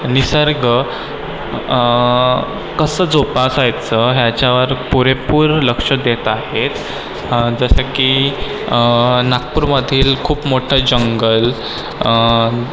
निसर्ग कसं जोपासायचं ह्याच्यावर पुरेपूर लक्ष देत आहेत जसं की नागपूरमधील खूप मोठं जंगल